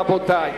רבותי.